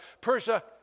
Persia